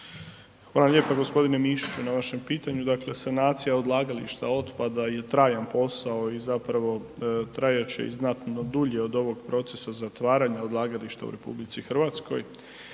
Hvala lijepo g. Mišiću na vašem pitanju. Dakle, sanacija odlagališta otpada je trajan posao i zapravo trajat će i znatno dulje od ovog procesa zatvaranja odlagališta u RH. A ono što